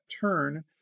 turn